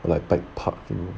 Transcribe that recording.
like bike parking